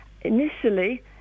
initially